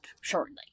shortly